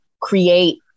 create